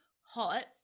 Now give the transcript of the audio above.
hot